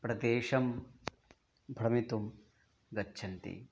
प्रदेशं भ्रमितुं गच्छन्ति